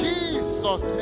Jesus